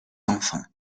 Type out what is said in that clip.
enfants